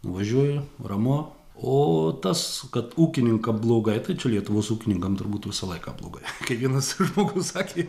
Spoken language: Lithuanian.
važiuoju ramu o tas kad ūkininkam blogai tai čia lietuvos ūkininkam turbūt visą laiką blogai kaip vienas žmogus sakė